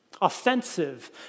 offensive